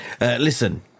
Listen